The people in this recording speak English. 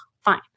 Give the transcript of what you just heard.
fine